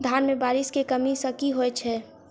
धान मे बारिश केँ कमी सँ की होइ छै?